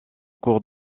cours